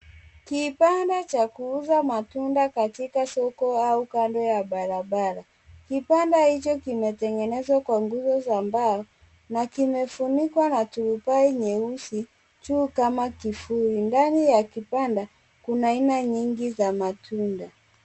Kibanda cha kuuza matunda katika soko au kando ya barabara. Kibanda hicho kimetengenezwa kwa nguzo za mbao. Na kimefunikwa na turubai nyeusi juu kama kifuli. Ndani ya kibanda kuna aina nyingi za matunda.